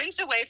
away